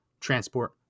transport